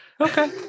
Okay